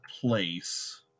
place